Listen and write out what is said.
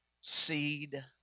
seed